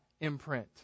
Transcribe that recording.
imprint